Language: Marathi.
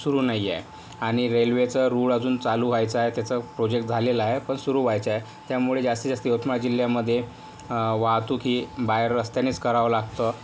सुरू नाही आहे आणि रेल्वेचा रूळ अजून चालू व्हायचा आहे त्याचा प्रोजेक्ट झालेला आहे पण सुरू व्हायचा आहे त्यामुळे जास्ती जास्त यवतमाळ जिल्ह्यामध्ये वाहतूक ही बाहेर रस्त्यानेच करावं लागतं